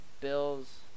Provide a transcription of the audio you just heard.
Bills